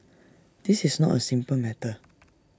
this is not A simple matter